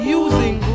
using